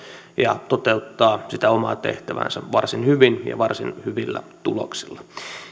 ja toteuttaa sitä omaa tehtäväänsä varsin hyvin ja varsin hyvillä tuloksilla